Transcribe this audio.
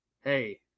Hey